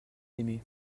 aimaient